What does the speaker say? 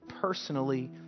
personally